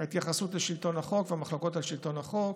ההתייחסות לשלטון החוק והמחלקות על שלטון החוק,